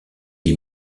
des